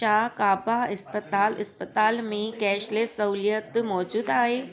छा काबा अस्पताल इस्पताल में कैशलेस सहुलियत मौज़ूदु आहे